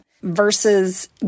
versus